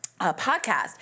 podcast